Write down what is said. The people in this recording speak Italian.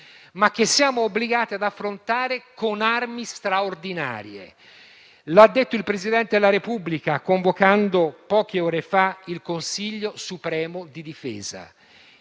ma che siamo obbligati ad affrontare con armi straordinarie. Lo ha detto il Presidente della Repubblica, convocando poche ore fa il Consiglio supremo di difesa,